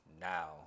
now